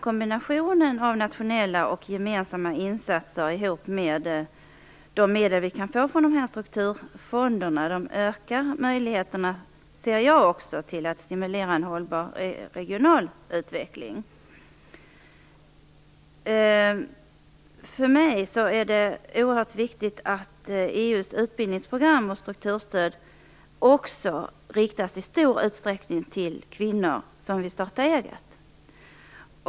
Kombinationen av nationella och gemensamma insatser tillsammans med de medel som man kan få från strukturfonderna ökar möjligheterna att stimulera en hållbar regional utveckling. För mig är det oerhört viktigt att EU:s utbildningsprogram och strukturstöd i stor utsträckning också riktas till kvinnor som vill starta eget.